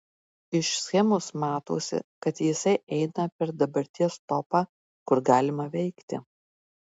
iš schemos matosi kad jisai eina per dabarties topą kur galima veikti